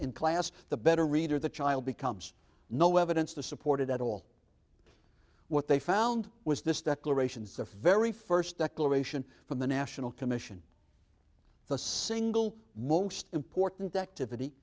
in class the better reader the child becomes no evidence to support it at all what they found was this declarations the very first declaration from the national commission the single most important activity